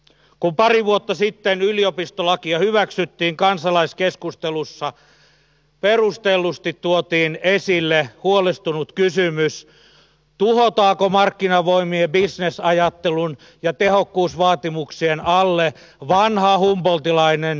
kun pari vuotta sitten yliopistolakia hyväksyttiin kansalaiskeskustelussa perustellusti tuotiin esille huolestunut kysymys tuhotaanko markkinavoimien bisnesajattelun ja tehokkuusvaatimuksien alle vanha humboldtilainen sivistysyliopistoajatus